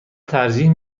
ترجیح